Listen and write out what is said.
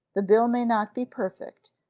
the bill may not be perfect,